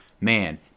man